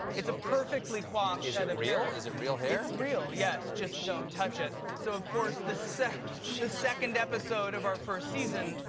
it's a perfectly qualified. is it real. is it real hair real. yes. just don't touch it. so of course the set the second episode of our first season.